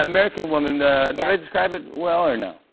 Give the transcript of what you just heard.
american woman. did i describe it well, or no?